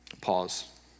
Pause